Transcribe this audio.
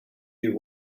you